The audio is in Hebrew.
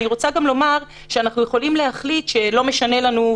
אני רוצה גם לומר שאנחנו יכולים להחליט שלא משנה לנו,